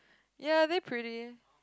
ya they pretty